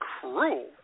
cruel